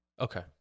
Okay